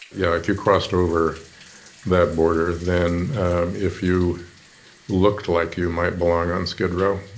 yeah, if you crossed over that border, then if you looked like you might belong on skid row,